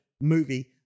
movie